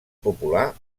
popular